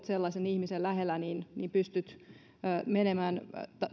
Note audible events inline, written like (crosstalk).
(unintelligible) sellaisen ihmisen lähellä ja pystyy menemään